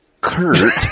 Kurt